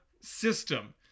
system